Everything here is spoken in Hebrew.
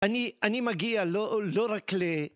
אני, אני מגיע לא, לא רק ל...